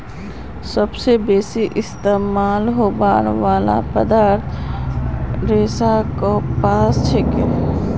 सबस बेसी इस्तमाल होबार वाला पौधार रेशा कपास छिके